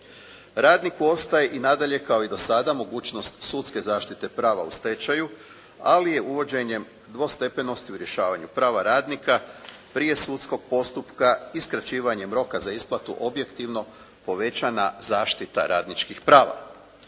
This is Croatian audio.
Radniku ostaje i nadalje kao i do sada mogućnost sudske zaštite prava u stečaju, ali je uvođenjem dvostepenosti u rješavanju prava radnika prije sudskog postupka i skraćivanjem roka za isplatu objektivno povećana zaštita radničkih prava.